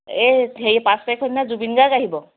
এই হেৰি পাঁচ তাৰিখৰ দিনা জুবিন গাৰ্গ আহিব